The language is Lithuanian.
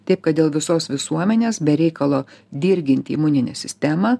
taip kad dėl visos visuomenės be reikalo dirginti imuninę sistemą